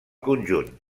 conjunt